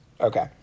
okay